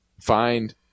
find